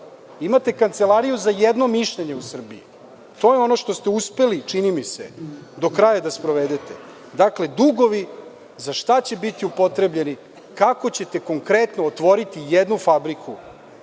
Imate kancelariju za jedno mišljenje u Srbiji. To je ono što ste čini mi se uspeli do kraja da sprovedete. Dakle, dugovi za šta će biti upotrebljeni? Kako ćete konkretno otvoriti jednu fabriku